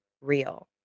real